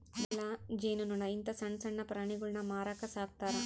ಮೊಲ, ಜೇನು ನೊಣ ಇಂತ ಸಣ್ಣಣ್ಣ ಪ್ರಾಣಿಗುಳ್ನ ಮಾರಕ ಸಾಕ್ತರಾ